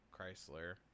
Chrysler